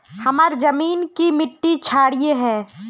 हमार जमीन की मिट्टी क्षारीय है?